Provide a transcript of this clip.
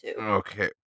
Okay